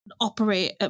operate